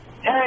Hey